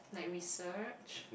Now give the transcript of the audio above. like research